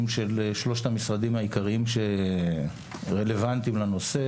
של שלושת המשרדים העיקריים שרלוונטיים לנושא,